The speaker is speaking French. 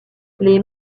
les